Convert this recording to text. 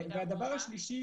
והדבר השלישי,